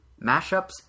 Mashups